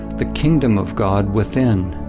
the kingdom of god within.